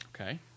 Okay